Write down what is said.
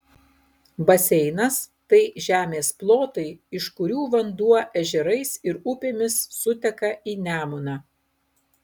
baseinas tai žemės plotai iš kurių vanduo ežerais ir upėmis suteka į nemuną